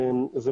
מניסיון.